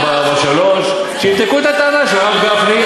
443 שיבדקו את הטענה של הרב גפני,